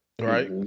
Right